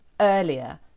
earlier